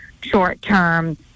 short-term